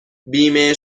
بیمه